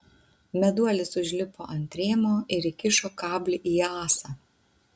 meduolis užlipo ant rėmo ir įkišo kablį į ąsą